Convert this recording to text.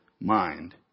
mind